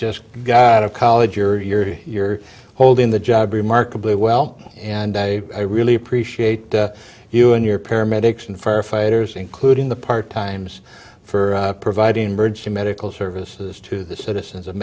just got out of college you're you're you're holding the job remarkably well and i really appreciate you and your paramedics and firefighters including the park times for providing merge the medical services to the citizens of